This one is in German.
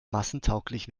massentauglich